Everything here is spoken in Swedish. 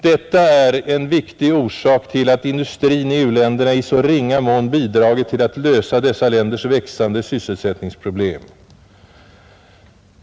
Detta är en viktig orsak till att industrin i u-länderna i så ringa mån bidragit till att lösa dessa länders växande sysselsättningsproblem.